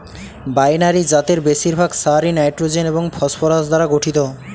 binary জাতের বেশিরভাগ সারই নাইট্রোজেন এবং ফসফরাস দ্বারা গঠিত